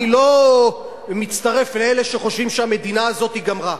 אני לא מצטרף לאלה שחושבים שהמדינה הזאת גמרה,